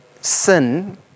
sin